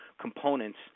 components